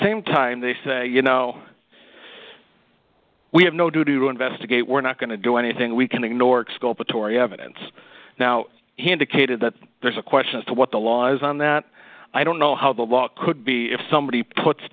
same time they say you know we have no duty to investigate we're not going to do anything we can ignore exculpatory evidence now he indicated that there's a question as to what the law is on that i don't know how the law could be if somebody puts